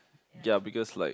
ya because like